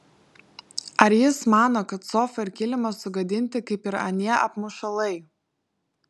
ar jis mano kad sofa ir kilimas sugadinti kaip ir anie apmušalai